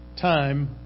time